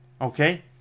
Okay